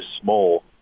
small